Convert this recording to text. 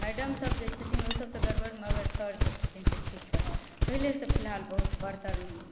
madam सभ जे छथिन ओ सभ तऽ गड़बड़ मगर सर सभ जे छथिन से ठीक पढ़ाइ पहिले से फिलहाल बहुत बरतर